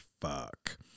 fuck